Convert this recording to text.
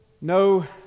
no